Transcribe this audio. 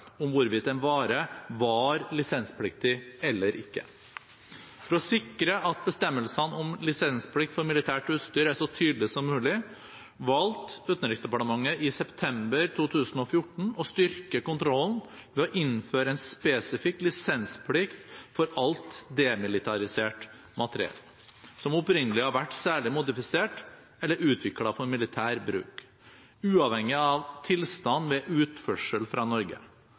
om hvorvidt en vare var lisenspliktig eller ikke. For å sikre at bestemmelsene om lisensplikt for militært utstyr er så tydelige som mulig, valgte Utenriksdepartementet i september 2014 å styrke kontrollen ved å innføre en spesifikk lisensplikt for alt demilitarisert materiell som opprinnelig har vært særlig modifisert eller utviklet for militær bruk, uavhengig av tilstand ved utførsel fra Norge.